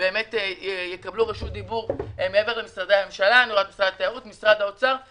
מעבר למשרדי הממשלה, גם